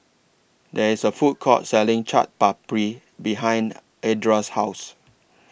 There IS A Food Court Selling Chaat Papri behind Edra's House